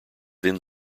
then